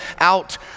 out